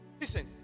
Listen